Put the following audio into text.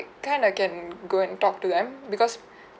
kind of can go and talk to them because